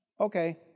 Okay